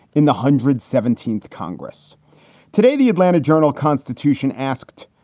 in the hundred seventeenth congress today, the atlanta journal constitution asked,